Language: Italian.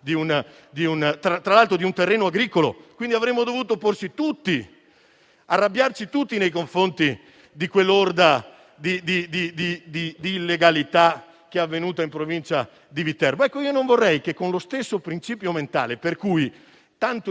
all'interno di un terreno agricolo, quindi avremmo dovuto arrabbiarci tutti nei confronti di quell'orgia di illegalità che è avvenuta in Provincia di Viterbo. Non vorrei che, per lo stesso principio per cui